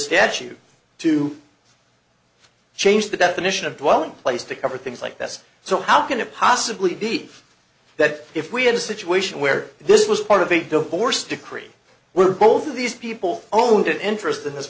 statute to change the definition of dwelling place to cover things like this so how can it possibly be that if we had a situation where this was part of a divorce decree were both of these people owned interest in his